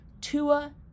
Tua